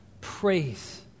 praise